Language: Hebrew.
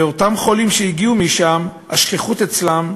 ואותם חולים שהגיעו משם, השכיחות אצלם,